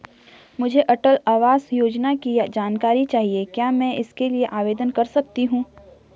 मुझे अटल आवास योजना की जानकारी चाहिए क्या मैं इसके लिए आवेदन कर सकती हूँ?